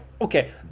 okay